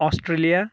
Australia